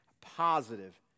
positive